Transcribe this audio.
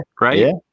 right